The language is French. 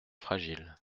fragiles